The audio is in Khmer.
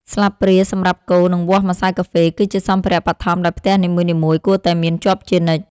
ស្លាបព្រាសម្រាប់កូរ និងវាស់ម្សៅកាហ្វេ គឺជាសម្ភារៈបឋមដែលផ្ទះនីមួយៗគួរតែមានជាប់ជានិច្ច។